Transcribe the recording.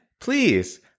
please